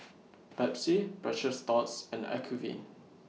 Pepsi Precious Thots and Acuvue